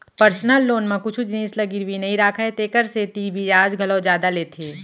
personal loan म कुछु जिनिस ल गिरवी नइ राखय तेकर सेती बियाज घलौ जादा लेथे